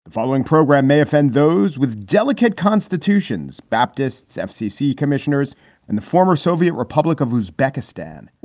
following program may offend those with delicate constitutions, baptist's, fcc commissioners and the former soviet republic of whose beckstein